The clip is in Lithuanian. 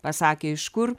pasakė iš kur